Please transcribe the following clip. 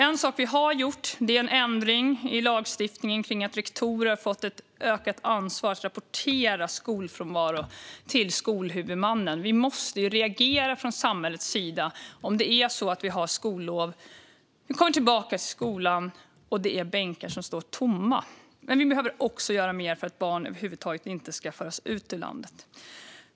En sak vi har gjort är en ändring i lagstiftningen som har gett rektorer ett ökat ansvar att rapportera skolfrånvaro till skolhuvudmannen. Vi måste reagera från samhällets sida om man kommer tillbaka till skolan efter skollov och bänkar står tomma. Men vi behöver också göra mer för att barn över huvud taget inte ska föras ut ur landet.